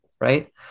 Right